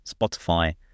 spotify